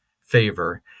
favor